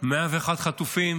101 חטופים